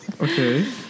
Okay